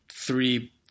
three